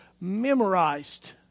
memorized